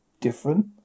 different